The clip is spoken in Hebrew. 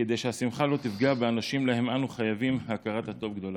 כדי שהשמחה לא תפגע באנשים שלהם אנחנו חייבים הכרת הטוב גדולה.